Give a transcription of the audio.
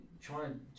trying